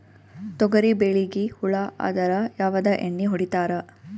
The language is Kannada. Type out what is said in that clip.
ತೊಗರಿಬೇಳಿಗಿ ಹುಳ ಆದರ ಯಾವದ ಎಣ್ಣಿ ಹೊಡಿತ್ತಾರ?